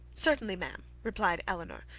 certainly, ma'am, replied elinor,